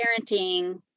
parenting